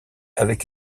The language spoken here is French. avec